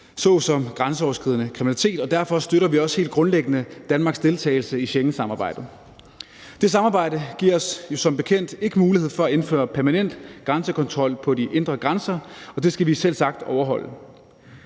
såsom grænseoverskridende kriminalitet, og derfor støtter vi også helt grundlæggende Danmarks deltagelse i Schengensamarbejdet. Det samarbejde giver os jo som bekendt ikke mulighed for at indføre permanent grænsekontrol på de indre grænser, og det skal vi selvsagt overholde.